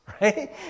right